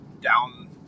down